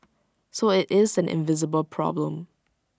so IT is an invisible problem